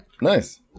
Nice